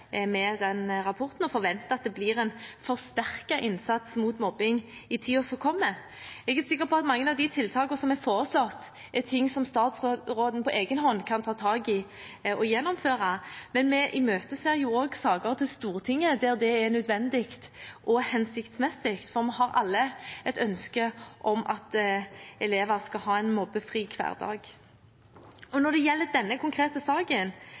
med den rapporten, og forventer at det blir en forsterket innsats mot mobbing i tiden som kommer. Jeg er sikker på at mange av de tiltakene som er foreslått, er ting som statsråden på egen hånd kan ta tak i og gjennomføre, men vi imøteser også saker til Stortinget der det er nødvendig og hensiktsmessig, for vi har alle et ønske om at elever skal ha en mobbefri hverdag. Når det gjelder denne konkrete saken,